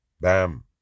bam